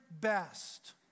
best